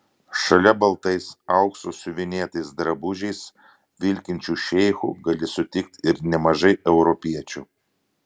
šalia baltais auksu siuvinėtais drabužiais vilkinčių šeichų gali sutikti ir nemažai europiečių